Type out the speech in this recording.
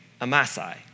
Amasai